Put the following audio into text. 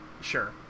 sure